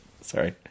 Sorry